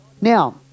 Now